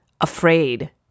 afraid